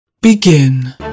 Begin